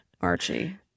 Archie